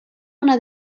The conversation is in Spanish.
una